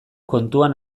kontuan